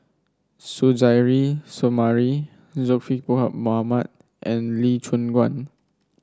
Suzairhe Sumari Zulkifli Bin Mohamed and Lee Choon Guan